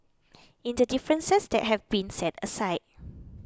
in the differences that have been set aside